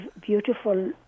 beautiful